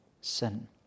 sin